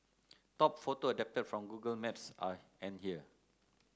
top photo adapted from Google Maps are and here